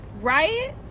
Right